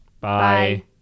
Bye